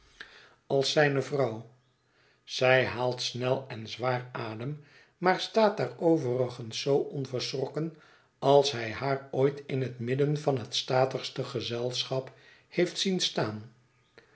als zijne vrouw zij haalt snel en zwaar adem maar staat daar overigens zoo onverschrokken ais hij haar ooit m het midden van het statigste gezelschap heeft zien staan